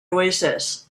oasis